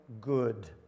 good